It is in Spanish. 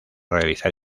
realizar